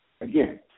Again